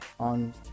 on